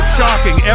shocking